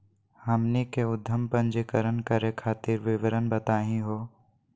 हमनी के उद्यम पंजीकरण करे खातीर विवरण बताही हो?